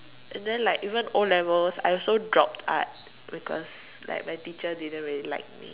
and then like even O-levels I also drop art because like my teacher didn't really like me